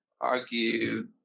argue